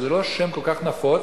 שזה לא שם כל כך נפוץ,